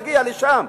להגיע לשם.